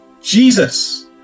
Jesus